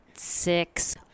Six